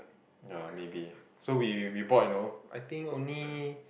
ya maybe so we we bought and all I think only